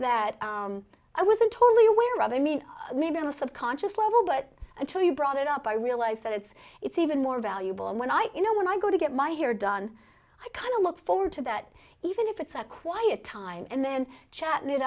that i wasn't totally aware of i mean maybe on a subconscious level but until you brought it up i realized that it's it's even more valuable and when i you know when i go to get my hair done i kind of look forward to that even if it's a quiet time and then chatt